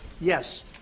Yes